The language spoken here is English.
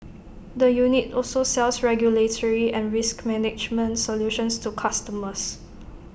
the unit also sells regulatory and risk management solutions to customers